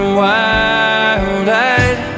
wild-eyed